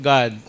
God